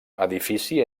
edifici